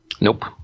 nope